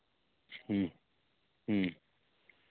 ᱦᱮᱸ ᱦᱮᱸ